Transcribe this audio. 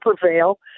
prevail